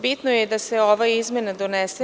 Bitno je da se ova izmena donese.